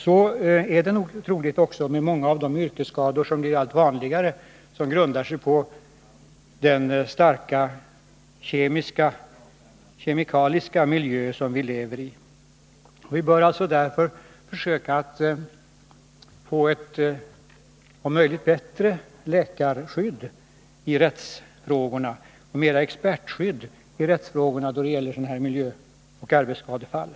Så är det troligen också med många av de yrkesskador som blir allt vanligare och som grundar sig på den starkt kemikaliska miljö som vi lever i. Vi bör därför om möjligt försöka få ett bättre läkarskydd och mera expertskydd i rättsfrågorna då det gäller sådana här miljöoch arbetsskadefall.